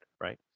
right